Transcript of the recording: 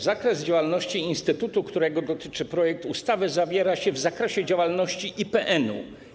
Zakres działalności instytutu, którego dotyczy projekt ustawy, zawiera się w zakresie działalności IPN-u.